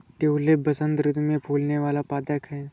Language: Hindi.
ट्यूलिप बसंत ऋतु में फूलने वाला पदक है